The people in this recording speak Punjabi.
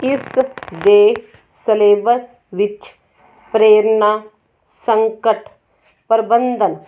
ਇਸ ਦੇ ਸਿਲੇਬਸ ਵਿੱਚ ਪ੍ਰੇਰਣਾ ਸੰਕਟ ਪ੍ਰਬੰਧਨ